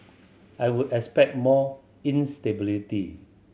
I would expect more instability